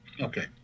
Okay